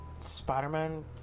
Spider-Man